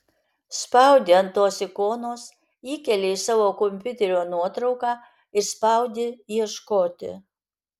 spaudi ant tos ikonos įkeli iš savo kompiuterio nuotrauką ir spaudi ieškoti